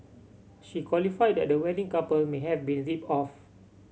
she qualified that the wedding couple may have been ripped off